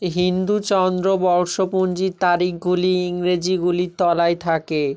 হিন্দু চন্দ্র বর্ষপঞ্জির তারিখগুলি ইংরেজিগুলির তলায় থাকে